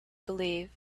believe